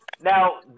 Now